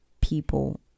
people